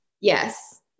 Yes